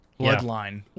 bloodline